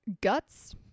Guts